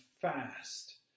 fast